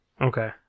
Okay